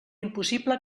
impossible